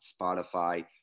Spotify